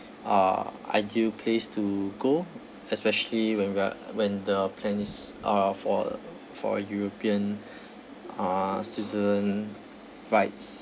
uh ideal place to go especially when we're when the plan is are for for european uh switzerland vibes